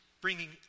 bringing